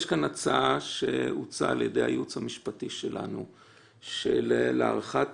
יש כאן הצעה של הייעוץ המשפטי של הוועדה, להערכת